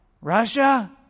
Russia